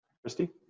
Christy